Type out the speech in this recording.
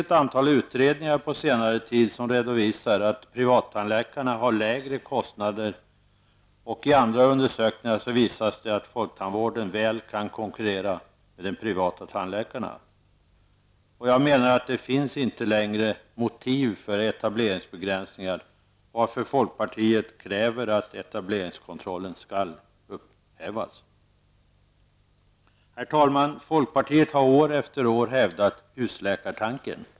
Ett antal utredningar på senare tid redovisar att privattandläkarna har lägre kostnader, och i andra undersökningar visas att folktandvården väl kan konkurrera med de privata tandläkarna. Det finns inte längre motiv för etableringsbegränsningar, varför folkpartiet kräver att etableringskontrollen skall upphävas. Herr talman! Folkpartiet har år efter år hävdat husläkartanken.